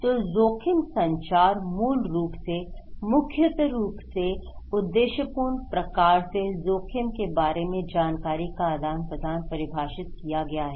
तो जोखिम संचार मूल रूप से मुख्य रूप से उद्देश्यपूर्ण प्रकार से जोखिम के बारे में जानकारी का आदान प्रदान परिभाषित किया गया है